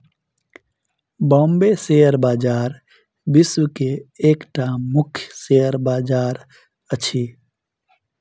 Bombay share बजार विश्व के एकटा मुख्य शेयर बजार अछि